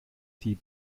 die